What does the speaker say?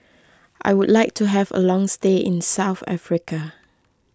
I would like to have a long stay in South Africa